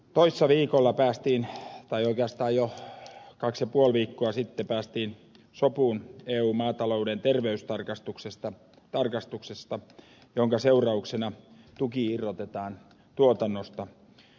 toissa viikolla päästiin vaihdosta jo kaksi ja puoli viikkoa sitten päästiin sopuun eun maatalouden terveystarkastuksesta jonka seurauksena tuki irrotetaan tuotannosta